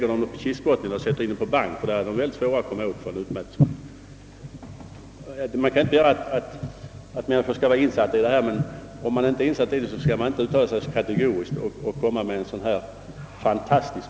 Den nuvarande operaklassen är tvåårig. Den blivande skolan blir treårig.